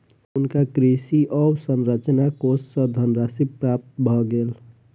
हुनका कृषि अवसंरचना कोष सँ धनराशि प्राप्त भ गेल